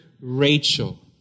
Rachel